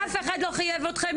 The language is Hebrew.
אף אחד לא חייב אתכם,